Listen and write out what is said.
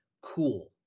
cool